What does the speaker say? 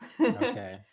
Okay